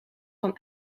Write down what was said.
van